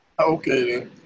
Okay